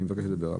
אני מבקש לדבר.